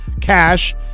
cash